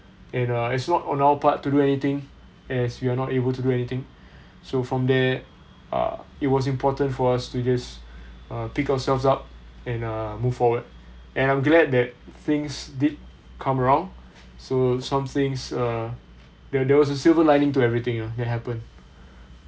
and uh it's not on our part to do anything as we are not able to do anything so from there uh it was important for us to just uh pick ourselves up and uh move forward and I'm glad that things did come around so somethings uh there there was a silver lining to everything uh that happened